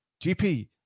GP